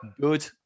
good